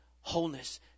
wholeness